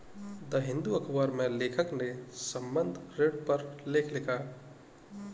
the Hindu अखबार में लेखक ने संबंद्ध ऋण पर लेख लिखा